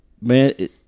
Man